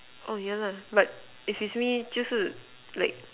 oh yeah lah but if me 就是 like